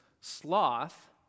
sloth